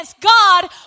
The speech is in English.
God